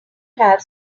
have